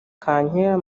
kankera